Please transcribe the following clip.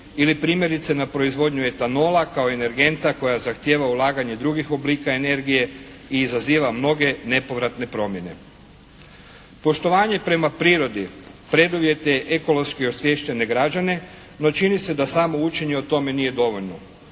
Ili primjerice na proizvodnju etanola kao energenta koja zahtijeva ulaganje drugih oblika energije i izaziva mnoge nepovratne promjene. Poštovanje prema prirodi preduvjet je ekološke osviješćene građane, no čini se da samo učenje o tome nije dovoljno.